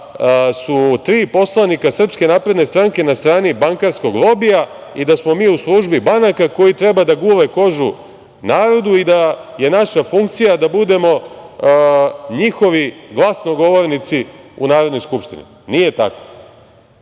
su tri poslanika SNS na strani bankarskog lobija i da smo mi u službi banaka koji treba da gule kožu narodu i da je naša funkcija da budemo njihovi glasnogovornici u Narodnoj skupštini. Nije tako,